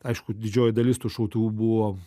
aišku didžioji dalis tų šautuvų buvo